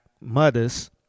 mothers